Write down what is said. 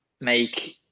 make